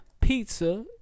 Pizza